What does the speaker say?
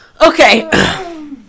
Okay